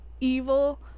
evil